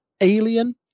alien